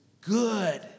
good